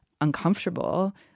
uncomfortable